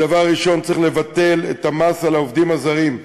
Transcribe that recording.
הדבר הראשון: צריך לבטל את המס על העובדים הזרים.